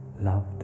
loved